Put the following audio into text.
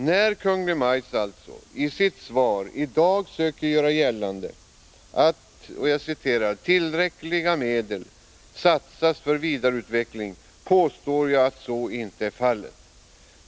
När kommunikationsministern i sitt svar i dag söker göra gällande att ”tillräckliga medel” satsas för vidareutveckling, påstår jag att så inte är fallet.